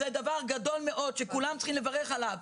זה דבר גדול מאוד שכולם צריכים לברך עליו.